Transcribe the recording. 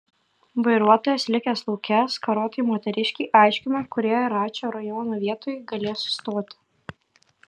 vairuotojas likęs lauke skarotai moteriškei aiškina kurioje račio rajono vietoj galės sustoti